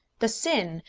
the sin,